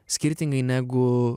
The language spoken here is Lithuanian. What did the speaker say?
skirtingai negu